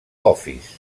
office